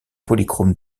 polychromes